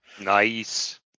Nice